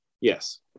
Yes